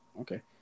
Okay